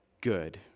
good